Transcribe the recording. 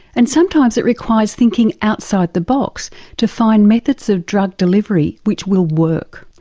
and sometimes it requires thinking outside the box to find methods of drug delivery which will work.